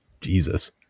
jesus